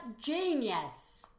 genius